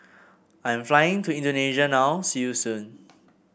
I am flying to Indonesia now see you soon